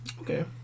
Okay